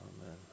Amen